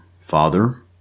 father